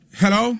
hello